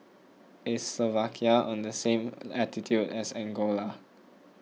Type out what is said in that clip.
is Slovakia on the same latitude as Angola